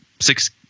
six